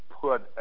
put